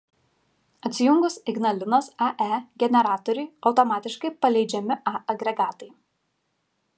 atsijungus ignalinos ae generatoriui automatiškai paleidžiami a agregatai